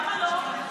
למה לא?